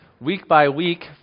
week-by-week